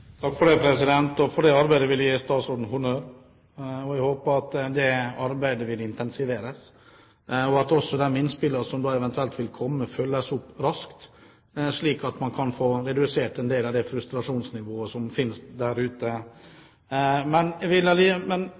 For det arbeidet vil jeg gi statsråden honnør. Jeg håper at det arbeidet vil intensiveres, og at også de innspillene som da eventuelt vil komme, følges opp raskt, slik at man kan få redusert en del av det frustrasjonsnivået som finnes der ute. Men